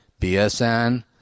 BSN